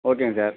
ஓகேங்க சார்